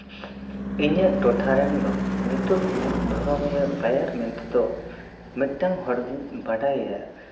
ᱤᱧᱟᱹᱜ ᱴᱚᱴᱷᱟ ᱨᱮᱱ ᱫᱚ ᱱᱤᱛᱚᱜ ᱢᱩᱲᱩᱫ ᱫᱷᱚᱨᱚᱢᱤᱭᱟᱹ ᱢᱮᱱᱛᱮ ᱫᱚ ᱢᱤᱫᱴᱟᱝ ᱦᱚᱲᱜᱤᱧ ᱵᱟᱰᱟᱭᱮᱭᱟ